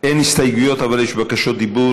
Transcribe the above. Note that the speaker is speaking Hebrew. אין הסתייגויות, אבל יש בקשות דיבור.